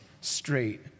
straight